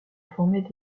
former